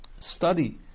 study